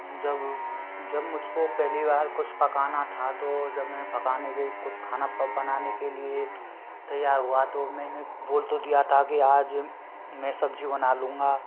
जब जब मुझको पहली बार कुछ पकाना था तो जब मैं पकाने के कुछ खाना बनाने के लिए तैयार हुआ तो मैने बोल तो दिया था कि आज मैं सब्ज़ी बना लूँगा